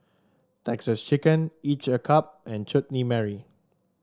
Texas Chicken each a cup and Chutney Mary